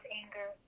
anger